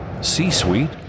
c-suite